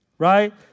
right